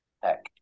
heck